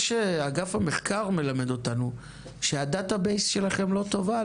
מה שאגף המחקר מלמד אותנו זה שה- Data Base לא טוב על